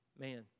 Man